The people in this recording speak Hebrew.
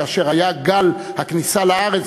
כאשר היה גל הכניסה לארץ,